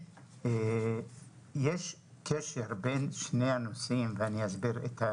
יש קשר בין שני הנושאים, ואני אסביר.